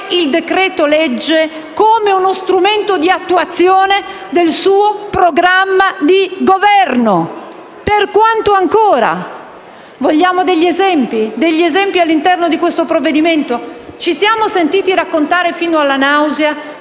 il decreto-legge come uno strumento di attuazione del suo programma di Governo? Per quanto ancora? Vogliamo degli esempi all'interno di questo provvedimento? Ci siamo sentiti raccontare fino alla nausea